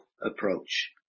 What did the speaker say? approach